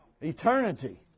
eternity